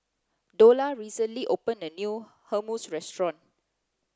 Dola recently opened a new Hummus restaurant